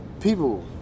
People